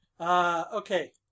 Okay